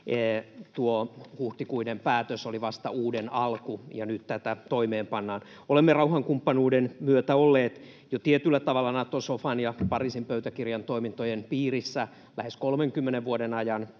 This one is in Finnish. tuo huhtikuinen päätös oli vasta uuden alku, ja nyt tätä toimeenpannaan. Olemme rauhankumppanuuden myötä olleet jo tietyllä tavalla Nato-sofan ja Pariisin pöytäkirjan toimintojen piirissä lähes 30 vuoden ajan